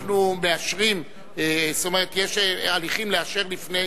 אנחנו מאשרים, זאת אומרת, יש הליכים לאשר לפני,